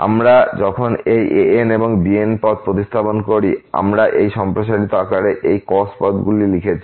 আমরা যখন এই an এবং bnপদ প্রতিস্থাপন করি আমরা এই সম্প্রসারিত আকারে এই cos পদগুলি লিখেছি